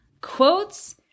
Quotes